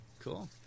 cool